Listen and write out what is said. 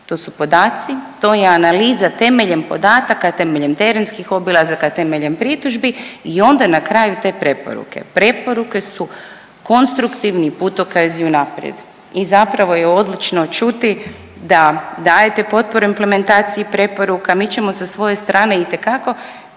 To su podaci, to je analiza temeljem podataka, temeljem terenskih obilazaka, temeljem pritužbi i onda na kraju te preporuke. Preporuke su konstruktivni putokazi unaprijed i zapravo je odlično čuti da dajete potpore implementaciji preporuka. Mi ćemo sa svoje strane itekako